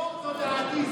טרור תודעתי,